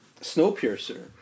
Snowpiercer